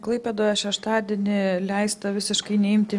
klaipėdoje šeštadienį leista visiškai neimti